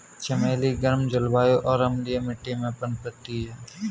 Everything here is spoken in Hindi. चमेली गर्म जलवायु और अम्लीय मिट्टी में पनपती है